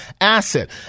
asset